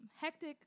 Hectic